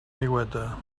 aigüeta